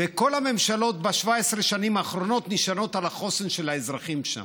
כל הממשלות ב-17 השנים האחרונות נשענות על החוסן של האזרחים שם.